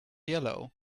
yellow